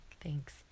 Thanks